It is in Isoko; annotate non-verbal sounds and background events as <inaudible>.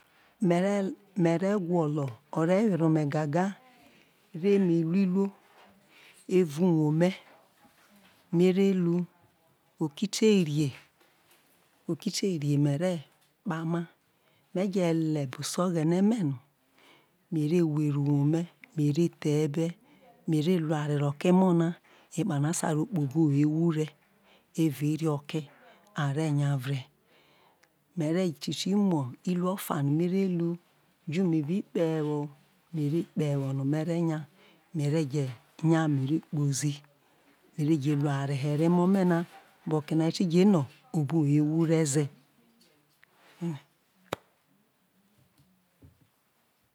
Mere gwolo o̠ re were o me gaga re me ru eruo eva uwuo me no me re lu oke ti re me re kpama me je le se oghene me no me kpama me re the e̠be me re lu oware ke emo na ekpano a sai ro kpobo̠ uwuo ewuhre eva ihro ke me re naya vre mere te ti mu iruo o̠fa no me re ru fu me bi kpe̠ ewo no me re hya me re nya me re kpozi me re je ra oware here emo̠ me na bo̠wo oke no a ti je no obo̠ hwuo ewuhre ze <hesitation>